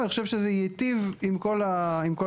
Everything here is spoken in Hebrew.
ואני חושב שזה ייטיב עם כל הצדדים.